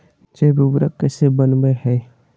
जैव उर्वरक कैसे वनवय हैय?